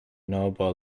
noble